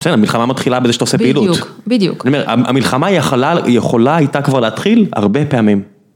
בסדר, המלחמה מתחילה בזה שאתה עושה פעילות. בדיוק, בדיוק. זאת אומרת, המלחמה יכולה הייתה כבר להתחיל הרבה פעמים.